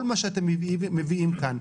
כל מה שאתם מביאים כאן,